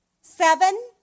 Seven